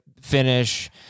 finish